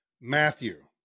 Matthew